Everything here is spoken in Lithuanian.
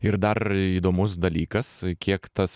ir dar įdomus dalykas kiek tas